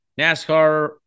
NASCAR